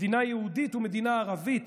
מדינה יהודית ומדינה ערבית